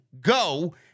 go